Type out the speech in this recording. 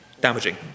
damaging